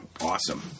awesome